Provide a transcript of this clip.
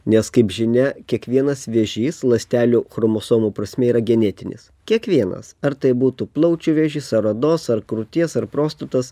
nes kaip žinia kiekvienas vėžys ląstelių chromosomų prasme yra genetinis kiekvienas ar tai būtų plaučių vėžys ar odos ar krūties ar prostatos